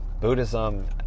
Buddhism